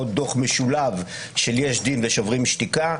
עוד דוח משולב של יש דין ושוברים שתיקה,